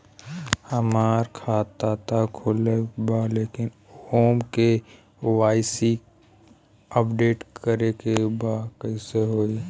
हमार खाता ता खुलल बा लेकिन ओमे के.वाइ.सी अपडेट करे के बा कइसे होई?